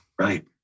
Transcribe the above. Right